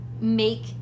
make